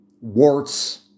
warts